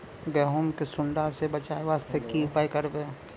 गहूम के सुंडा से बचाई वास्ते की उपाय करबै?